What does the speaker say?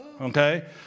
okay